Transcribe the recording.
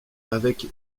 avec